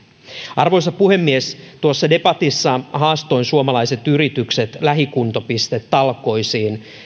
arvoisa puhemies debatissa haastoin suomalaiset yritykset lähikuntopistetalkoisiin